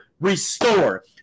restore